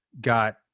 got